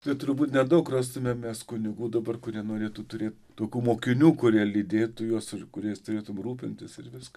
tai turbūt nedaug rastume mes kunigų dabar kurie norėtų turėt tokių mokinių kurie lydėtų juos ir kuriais turėtum rūpintis ir viską